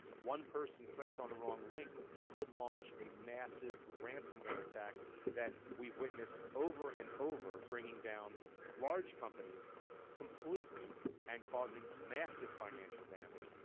one person clicks on the wrong link could launch a massive ransomware attack that we've witnessed over and over, bringing down large companies completely and causing massive financial damage.